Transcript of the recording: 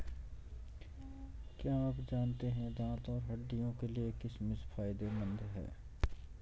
क्या आप जानते है दांत और हड्डियों के लिए किशमिश फायदेमंद है?